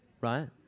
Right